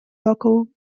local